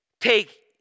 take